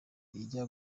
ijya